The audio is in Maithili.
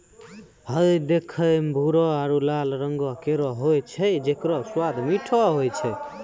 हय देखै म भूरो आरु लाल रंगों केरो होय छै जेकरो स्वाद मीठो होय छै